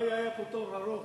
הלוואי שהיה פה תור ארוך.